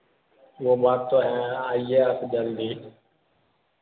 यह बात तो है आईए आप जल्दी